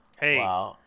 hey